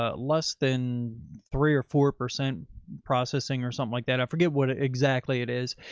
ah less than three or four percent processing or something like that. i forget what ah exactly it is.